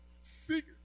seek